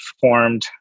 formed